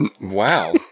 Wow